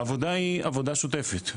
העבודה היא עבודה משותפת.